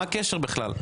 מה הקשר בכלל?